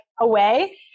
away